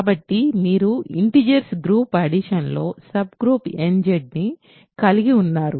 కాబట్టి మీరు integers group addition లో సబ్ గ్రూప్ n Z కలిగి ఉన్నారు